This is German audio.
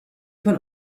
von